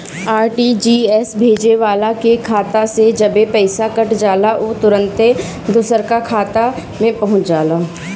RTGS भेजे वाला के खाता से जबे पईसा कट जाला उ तुरंते दुसरा का खाता में पहुंच जाला